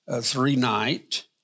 three-night